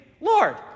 Lord